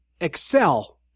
excel